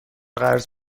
قرض